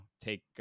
take